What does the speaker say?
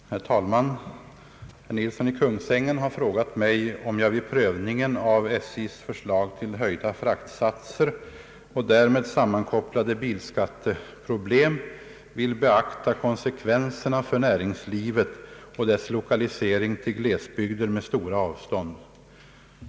Herr talman! Herr Nilsson i Kungsängen har frågat mig om jag vid prövningen av SJ:s förslag till höjda fraktsatser och därmed sammankopplade bilskatteproblem vill beakta konsekvenserna för näringslivet och dess lokalisering till glesbygder med stora avstånd.